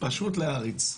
פשוט להעריץ.